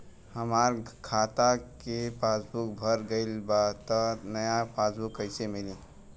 हमार खाता के पासबूक भर गएल बा त नया पासबूक कइसे मिली?